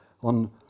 on